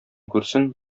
күрсен